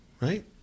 right